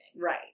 Right